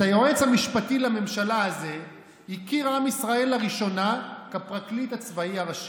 את היועץ המשפטי לממשלה הזה הכיר עם ישראל לראשונה כפרקליט הצבאי הראשי.